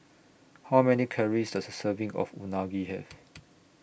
How Many Calories Does A Serving of Unagi Have